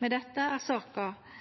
I forbindelse med